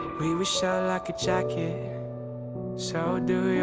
we were shut like a jacket so do yeah